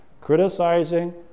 criticizing